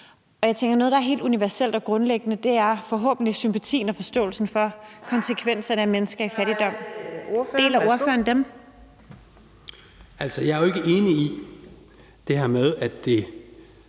Og jeg tænker, at noget, der er helt universelt og grundlæggende, forhåbentlig er sympatien for og forståelsen for konsekvenserne af mennesker i fattigdom. Deler ordføreren det? Kl. 20:56 Fjerde næstformand